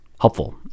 helpful